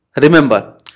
Remember